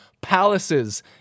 palaces